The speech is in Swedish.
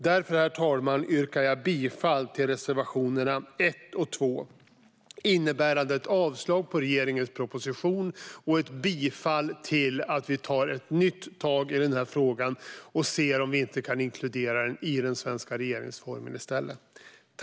Därför yrkar jag bifall till reservationerna 1 och 2 innebärande ett avslag på regeringens proposition och ett bifall till att vi tar ett nytt tag i den här frågan och ser om vi inte kan inkludera barnkonventionen i den svenska regeringsformen i stället.